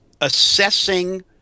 assessing